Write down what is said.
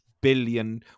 billion